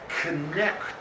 connect